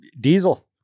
diesel